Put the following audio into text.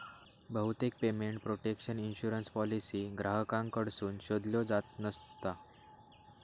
बहुतेक payment protection insurance policy ग्राहकांकडसून शोधल्यो जात नसता